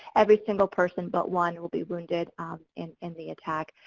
every single person but one, will be wounded in in the attack.